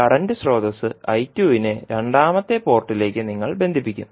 current സ്രോതസ്സ് നെ രണ്ടാമത്തെ പോർട്ടിലേക്ക് നിങ്ങൾ ബന്ധിപ്പിക്കും